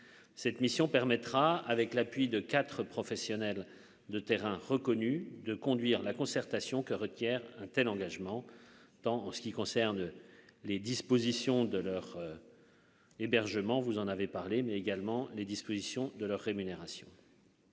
cette mission permettra, avec l'appui de 4 professionnels de terrain reconnu de conduire la concertation que requiert un tel engagement tant en ce qui concerne les dispositions de leur hébergement, vous en avez parlé mais également les dispositions de leur rémunération.